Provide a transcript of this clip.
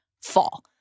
fall